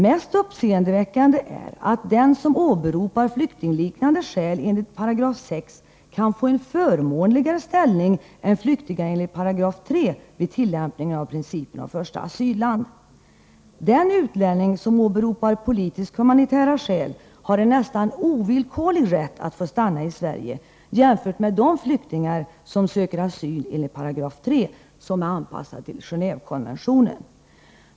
Mest uppseendeväckande är att den som åberopar flyktingliknande skäl enligt 6 § kan få en förmånligare ställning än flyktingar enligt 3 § vid tillämpningen av principen om första asylland. Den utlänning som åberopar politisk-humanitära skäl har en nästan ovillkorlig rätt att få stanna i Sverige jämfört med de flyktingar som söker asyl enligt 3 §, som är anpassad till Gen&vekonventionen.